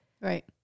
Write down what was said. Right